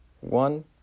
one